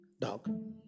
dog